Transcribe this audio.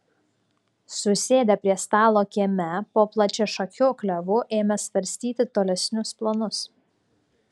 susėdę prie stalo kieme po plačiašakiu klevu ėmė svarstyti tolesnius planus